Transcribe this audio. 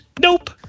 Nope